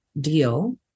deal